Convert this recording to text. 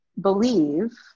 believe